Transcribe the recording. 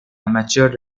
amateur